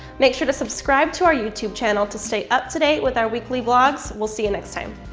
make sure to subscribe to our youtube channel to stay up to date with our weekly vlogs! we'll see you next time!